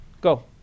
go